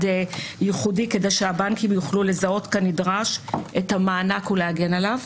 ייחודי כדי שהבנקים יוכלו לזהות כנדרש את המענק ולהגן עליו.